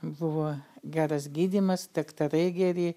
buvo geras gydymas daktarai geri